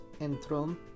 enthroned